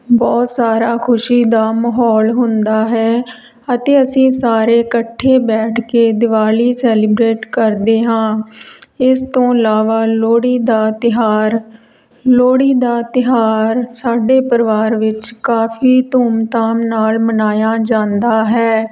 ਬਹੁਤ ਸਾਰਾ ਖੁਸ਼ੀ ਦਾ ਮਾਹੌਲ ਹੁੰਦਾ ਹੈ ਅਤੇ ਅਸੀਂ ਸਾਰੇ ਇਕੱਠੇ ਬੈਠ ਕੇ ਦਿਵਾਲੀ ਸੈਲੀਬਰੇਟ ਕਰਦੇ ਹਾਂ ਇਸ ਤੋਂ ਇਲਾਵਾ ਲੋਹੜੀ ਦਾ ਤਿਉਹਾਰ ਲੋਹੜੀ ਦਾ ਤਿਉਹਾਰ ਸਾਡੇ ਪਰਿਵਾਰ ਵਿੱਚ ਕਾਫੀ ਧੂਮ ਧਾਮ ਨਾਲ ਮਨਾਇਆ ਜਾਂਦਾ ਹੈ